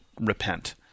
repent